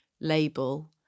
label